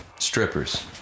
strippers